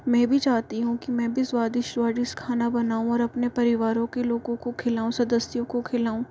मैं भी चाहती हूँ कि मैं भी स्वादिष्ट स्वादिष्ट खाना बनाऊँ और अपने परिवारों के लोगो को खिलाऊँ सदस्यों को खिलाऊँ